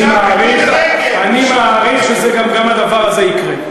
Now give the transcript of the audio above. אני מעריך שגם הדבר הזה יקרה.